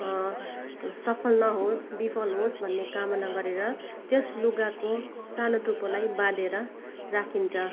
सफल नहोस् विफल होस् भन्ने कामना गरेर त्यस लुगाको सानो टुप्पोलाई बाँधेर राखिन्छ